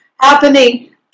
happening